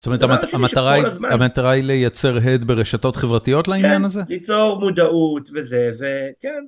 זאת אומרת, המטרה היא לייצר הד ברשתות חברתיות לעניין הזה? - כן, ליצור מודעות וזה, וכן.